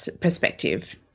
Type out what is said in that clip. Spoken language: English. perspective